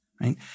right